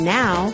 now